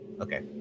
Okay